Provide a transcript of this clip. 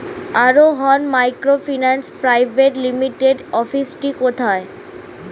আরোহন microfinance private লিমিটেডের অফিসটি কোথায়?